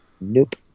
Nope